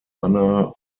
anna